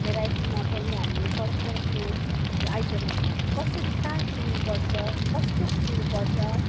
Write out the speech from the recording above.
भेराइटीमा पनि हामीले फरक फरक यो आइटमहरू कसरी कहाँ किन्नु पर्छ कस्तो किन्नु पर्छ